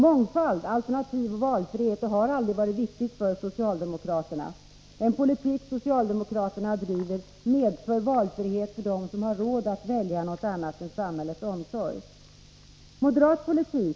Mångfald, alternativ och valfrihet har aldrig varit viktigt för socialdemokraterna. Den politik socialdemokraterna driver medför valfrihet för dem som har råd att välja något annat än samhällets omsorg.